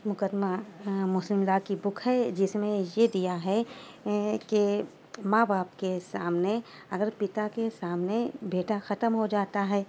مقدمہ مسلم لا کی بک ہے جس میں یہ دیا ہے کہ ماں باپ کے سامنے اگر پتا کے سامنے بیٹا ختم ہو جاتا ہے